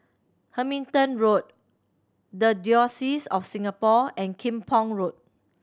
Hamilton Road The Diocese of Singapore and Kim Pong Road